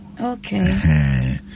okay